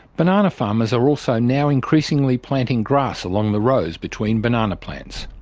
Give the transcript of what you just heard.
banana farmers are also now increasingly planting grass along the rows between banana plants.